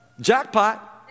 Jackpot